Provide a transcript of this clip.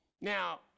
Now